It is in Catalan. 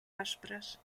aspres